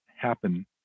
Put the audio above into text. happen